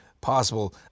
possible